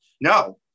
No